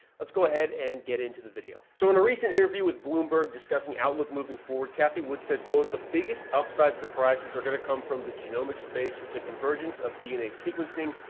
let's go ahead and get into the video. so in a recent interview with bloomberg discussing outlook, moving forward, kathy would said, quote, the biggest upside surprises are going to come from the genomic space. the convergence of dna sequencing,